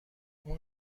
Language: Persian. اون